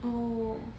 oh